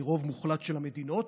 מרוב מוחלט של המדינות,